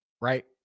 right